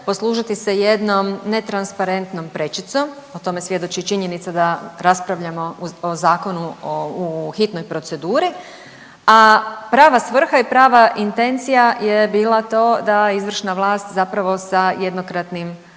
poslužiti se jednom netransparentnom prečicom, a tome svjedoči činjenica da raspravljamo o zakonu u hitnoj proceduri, a prava svrha i prava intencija je bila to da izvršna vlast zapravo sa jednokratnim